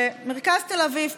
במרכז תל אביב,